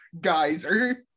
geyser